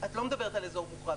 את לא מדברת על אזור מוכרז,